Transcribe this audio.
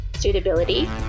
suitability